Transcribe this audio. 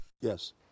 Yes